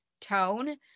tone